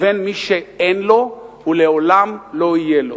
ובין מי שאין לו ולעולם לא יהיה לו.